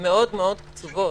מאוד מאוד קצובות.